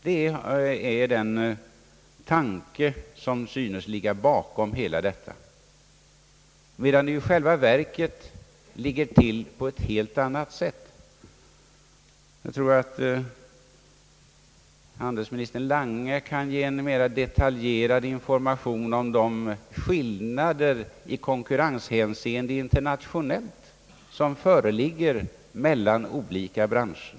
Det är den tanke som synes ligga bakom detta resonemang, men i själva verket förhåller det sig på ett helt annat sätt. Jag tror att handelsminister Lange kan ge en mera detaljerad information om de skillnader i konkurrenshänseende internationellt som föreligger mellan olika branscher.